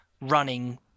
running